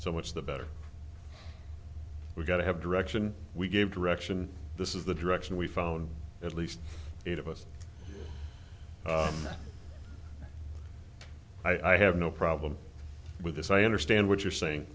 so much the better we've got to have direction we gave direction this is the direction we found at least eight of us i have no problem with this i understand what you're saying